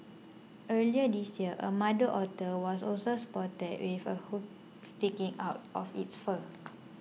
earlier this year a mother otter was also spotted with a hook sticking out of its fur